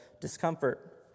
discomfort